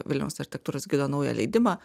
vilniaus architektūros gido naują leidimą